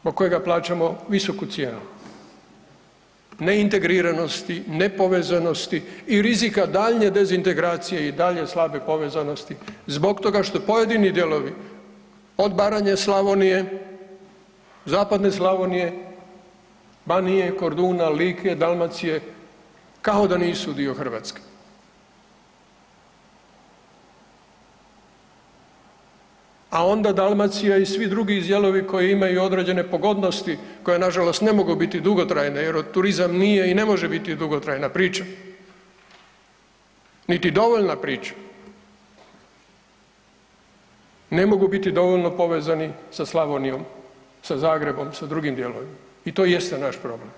zbog kojega plaćamo visoku cijenu neintegriranosti, nepovezanosti i rizika daljnje dezintegracije i dalje slabe povezanosti zbog toga što pojedini dijelovi od Baranje, Slavonije, zapadne Slavonije, Banije, Korduna, Like, Dalmacije, kao da nisu dio Hrvatske, a onda Dalmacija i svi drugi dijelovi koji imaju određene pogodnosti koje nažalost ne mogu biti dugotrajne jer turizam nije i ne može biti dugotrajna priča, niti dovoljna priča, ne mogu biti dovoljno povezani sa Slavonijom, sa Zagrebom, sa drugim dijelovima i to jeste naš problem.